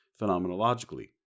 phenomenologically